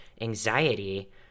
anxiety